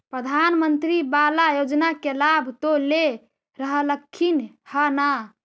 प्रधानमंत्री बाला योजना के लाभ तो ले रहल्खिन ह न?